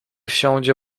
wsiądzie